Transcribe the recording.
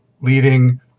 leading